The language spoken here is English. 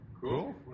Cool